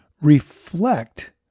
reflect